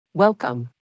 Welcome